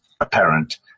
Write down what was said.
apparent